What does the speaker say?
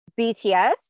BTS